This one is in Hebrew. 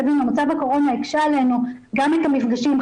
הקורונה הקשתה עלינו גם את המפגשים,